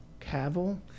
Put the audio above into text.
Cavill